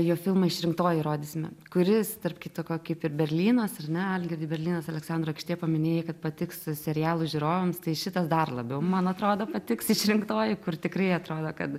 jo filmo išrinktoji rodysime kuris tarp kita ko kaip ir berlynas ar na algirdai berlynas aleksandro aikštė paminėjai kad patiks serialų žiūrovams tai šitas dar labiau man atrodo patiks išrinktoji kur tikrai atrodo kad